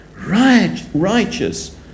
Righteous